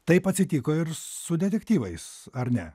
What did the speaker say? taip atsitiko ir su detektyvais ar ne